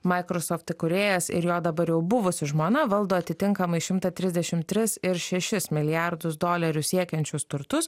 microsoft įkūrėjas ir jo dabar jau buvusi žmona valdo atitinkamai šimtą trisdešim tris ir šešis milijardus dolerių siekiančius turtus